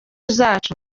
zacu